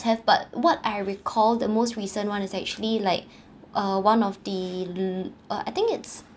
have but what I recall the most recent one is actually like uh one of the lu~ uh I think it's